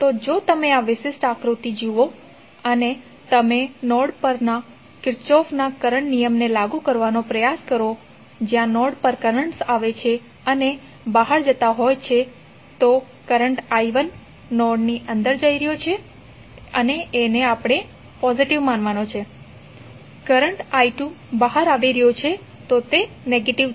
તો જો તમે આ વિશિષ્ટ આકૃતિ જુઓ અને તમે નોડ પર કિર્ચોફના કરંટ નિયમને લાગુ કરવાનો પ્રયાસ કરો જ્યાં નોડ પર કરન્ટ્સ આવે છે અને બહાર જતા હોય છે કરંટ i1 નોડની અંદર જઈ રહ્યો છે તો તે પોઝિટીવ છે કરંટ i2 બહાર આવી રહ્યું છે તો તે નેગેટીવ છે